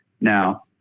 Now